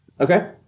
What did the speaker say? Okay